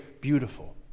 beautiful